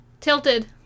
Tilted